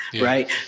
right